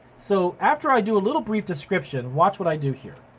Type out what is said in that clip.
so after i do a little brief description, watch what i do here.